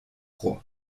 croix